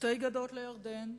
שתי גדות לירדן,